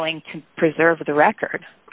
failing to preserve the record